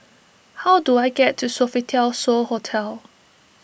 how do I get to Sofitel So Hotel